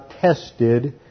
tested